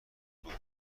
دوتا